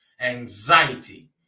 anxiety